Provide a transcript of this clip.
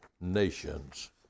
nations